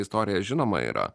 istorija žinoma yra